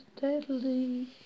deadly